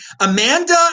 Amanda